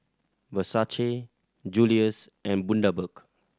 Versace Julie's and Bundaberg